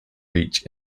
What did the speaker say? reach